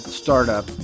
startup